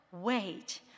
Wait